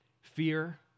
Fear